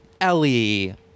Ellie